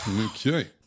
Okay